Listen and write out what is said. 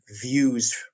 views